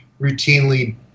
routinely